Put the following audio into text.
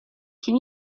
can